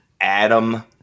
Adam